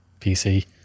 PC